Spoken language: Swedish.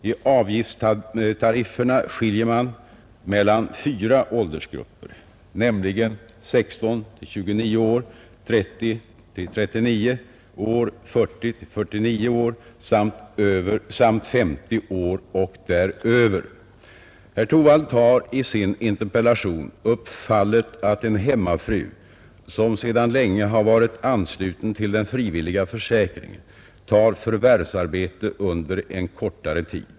I avgiftstarifferna skiljer man mellan fyra åldersgrupper, nämligen 16—29 år, 30—39 år, 40—49 år samt 50 år och däröver. Herr Torwald tar i sin interpellation upp fallet att en hemmafru som sedan länge har varit ansluten till den frivilliga försäkringen tar förvärvsarbete under en kortare tid.